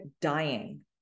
dying